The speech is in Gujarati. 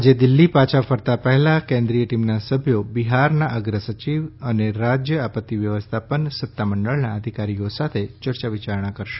આજે દિલ્હી પાછા ફરતાં પહેલાં કેન્દ્રીય ટીમનાં સભ્યો બિહારનાં અગ્ર સચિવ અને રાજ્ય આપત્તિ વ્યવસ્થાપન સત્તામંડળનાં અધિકારીઓ સાથે યર્યા વિયારણા કરશે